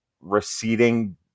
receding